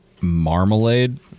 marmalade